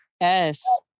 Yes